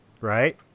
Right